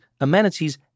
amenities